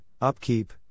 upkeep